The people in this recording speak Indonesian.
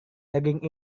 daging